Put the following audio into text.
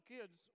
kids